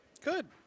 Good